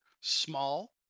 small